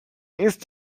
ist